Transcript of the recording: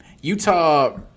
Utah